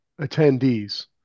attendees